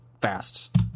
fast